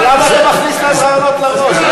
למה אתה מכניס להם רעיונות לראש?